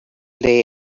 they